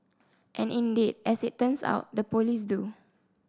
and indeed as it turns out the police do